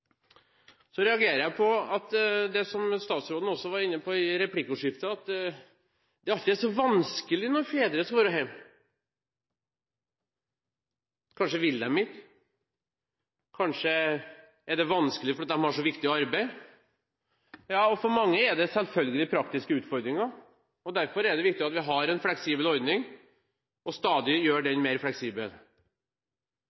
Så reagerer jeg på det som statsråden også var inne på i replikkordskiftet, at det ofte er så vanskelig når fedre skal være hjemme – kanskje vil de ikke, kanskje er det vanskelig fordi de har så viktig arbeid. For mange er det selvfølgelig praktiske utfordringer, og derfor er det viktig at vi har en fleksibel ordning, og stadig gjør den